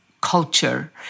culture